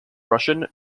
russian